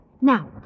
Now